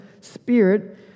spirit